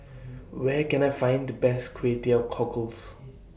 Where Can I Find The Best Kway Teow Cockles